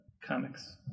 comics